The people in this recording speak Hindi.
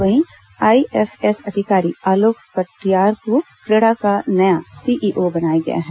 वहीं आईएफएस अधिकारी आलोक कटियार को क्रेडा का नया सीईओ बनाया गया है